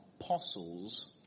apostles